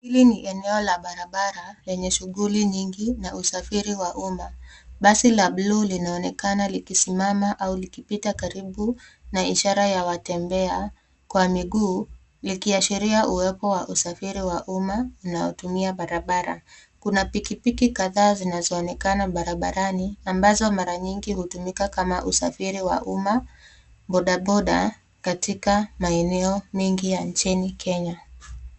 Hili ni eneo la barabara lenye shughuli nyingi na usafiri wa umma. Basi la buluu linaonekana likisimama au likipita karibu na ishara ya watembea kwa miguu likiashiria uwepo wa usafiri wa umma na utumia barabara. Kuna pikipiki kadhaa zinazoonekana barabrani ambazo mara nyingi hutumika kama usafiri wa umma bodaboda katika maeneo mengi ya nchini Kenya.